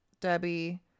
Debbie